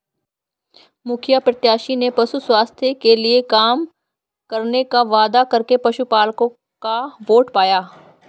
मुखिया प्रत्याशी ने पशु स्वास्थ्य के लिए काम करने का वादा करके पशुपलकों का वोट पाया